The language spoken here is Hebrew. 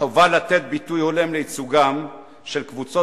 החובה לתת ביטוי הולם לייצוגן של קבוצות